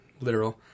literal